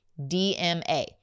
DMA